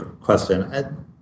question